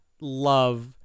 love